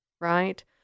right